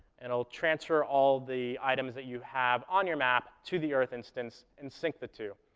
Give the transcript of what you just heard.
and it'll transfer all the items that you have on your map to the earth instance and sync the two.